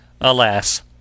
alas